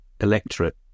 electorate